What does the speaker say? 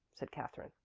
said katherine,